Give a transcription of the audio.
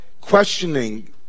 questioning